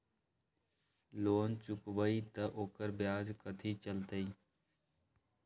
Loan चुकबई त ओकर ब्याज कथि चलतई?